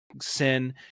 sin